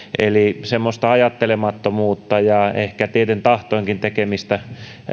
eli semmoista ajattelemattomuutta ja ehkä tieten tahtoenkin tekemistä